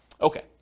Okay